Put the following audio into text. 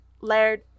Laird